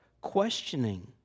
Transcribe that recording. questioning